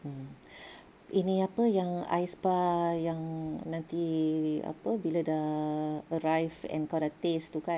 mmhmm ini apa yang ice bar yang nanti apa bila dah arrive and kau dah taste tu kan